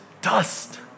dust